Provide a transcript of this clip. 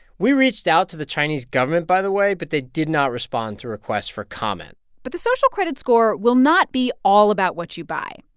we reached out to the chinese government, by the way, but they did not respond to requests for comment but the social credit score will not be all about what you buy.